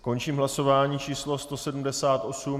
Končím hlasování číslo 178.